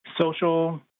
Social